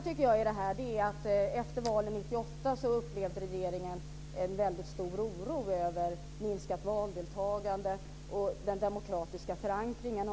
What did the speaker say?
Efter valet år 1998 upplevde regeringen en väldigt stor oro över minskat valdeltagande och den demokratiska förankringen.